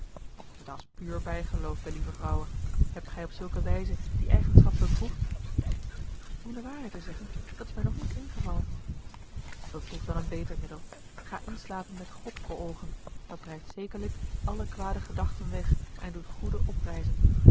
aandoet dat's puur bijgeloof wellieve vrouwe hebt gij op zulke wijze die eigenschap beproefd om de waarheid te zeggen dat is mij nog niet ingevallen beproef dan een beter middel ga inslapen met god voor oogen dat drijft zekerlijk alle kwade gedachten weg en doet goede oprijzen